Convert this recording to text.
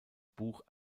buch